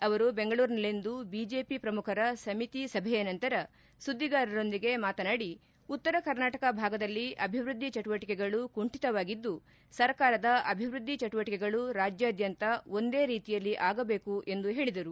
ಅವರು ಬೆಂಗಳೂರಿನಲ್ಲಿಂದು ಬಿಜೆಪಿ ಪ್ರಮುಖರ ಸಮಿತಿ ಸಭೆಯ ನಂತರ ಸುದ್ದಿಗಾರರೊಂದಿಗೆ ಮಾತನಾಡಿ ಉತ್ತರ ಕರ್ನಾಟಕ ಭಾಗದಲ್ಲಿ ಅಭಿವೃದ್ದಿ ಚಟುವಟಿಕೆಗಳು ಕುಂಠಿತವಾಗಿದ್ದು ಸರ್ಕಾರದ ಅಭಿವೃದ್ಧಿ ಚಟುವಟಿಕೆಗಳು ರಾಜ್ಯಾದ್ಯಂತ ಒಂದೇ ರೀತಿಯಲ್ಲಿ ಆಗಬೇಕು ಎಂದು ಹೇಳಿದರು